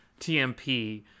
TMP